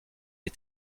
est